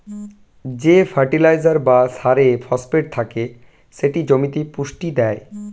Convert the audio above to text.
যে ফার্টিলাইজার বা সারে ফসফেট থাকে সেটি জমিতে পুষ্টি দেয়